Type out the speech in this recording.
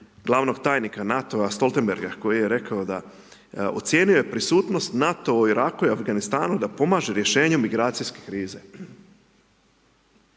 glavnog tajnika NATO-a Stoltenberga koji je rekao da, ocijenio je prisutnost NATO u Iraku i Afganistanu da pomaže rješenje migracijske krize.